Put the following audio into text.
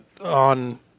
on